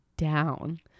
down